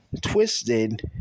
Twisted